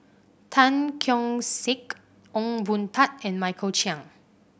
Tan Keong Saik Ong Boon Tat and Michael Chiang